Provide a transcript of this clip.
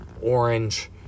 Orange